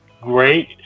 Great